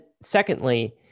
secondly